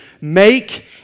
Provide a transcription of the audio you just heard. make